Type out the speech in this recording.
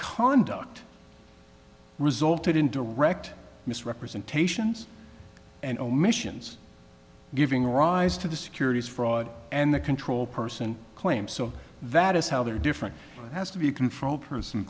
conduct resulted in direct misrepresentations and omissions giving rise to the securities fraud and the control person claims so that is how they are different as to be controlled person